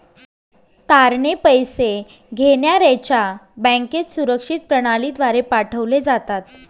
तारणे पैसे घेण्याऱ्याच्या बँकेत सुरक्षित प्रणालीद्वारे पाठवले जातात